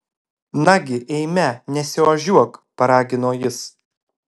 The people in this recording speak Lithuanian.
nagi eime nesiožiuok paragino jis